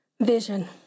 vision